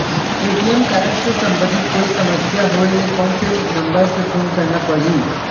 ATM card से संबंधित कोई समस्या होय ले, कोन से नंबर से फोन करना पढ़ही?